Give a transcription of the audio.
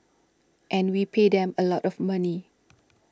and we pay them a lot of money